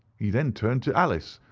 he then turned to alice,